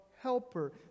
helper